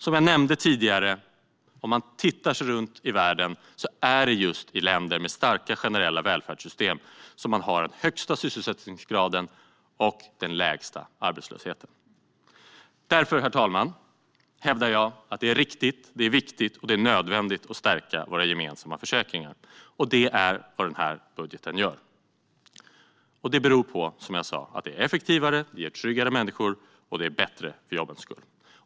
Som jag nämnde tidigare, om man tittar runt om i världen ser man att det är just i länder med starka generella välfärdssystem som man har den högsta sysselsättningsgraden och den lägsta arbetslösheten. Därför, herr talman, hävdar jag att det är riktigt, viktigt och nödvändigt att stärka våra gemensamma försäkringar, och det är vad denna budget gör. Det beror på, som jag sa, att det är effektivare, ger tryggare människor och är bättre för jobbens skull.